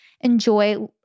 enjoy